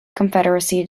confederacy